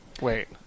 Wait